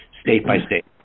state-by-state